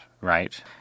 right